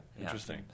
Interesting